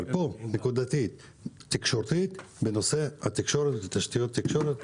אבל פה נקודתית בנושא התקשורת ותשתיות התקשרות.